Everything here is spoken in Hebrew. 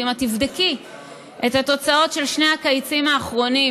ואם את תבדקי את התוצאות של שני הקיצים האחרונים